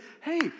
hey